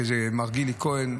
שזה מר גילי כהן,